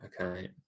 Okay